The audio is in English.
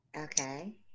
Okay